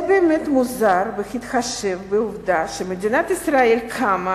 זה באמת מוזר בהתחשב בעובדה שמדינת ישראל קמה